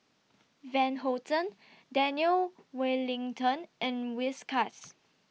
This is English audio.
Van Houten Daniel Wellington and Whiskas